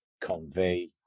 convey